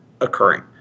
occurring